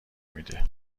میده